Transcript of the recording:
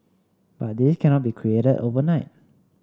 but this cannot be created overnight